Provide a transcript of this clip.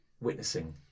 witnessing